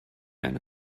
eine